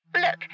Look